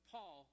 Paul